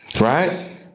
Right